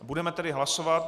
Budeme tedy hlasovat.